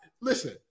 listen